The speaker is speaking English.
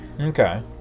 Okay